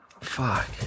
Fuck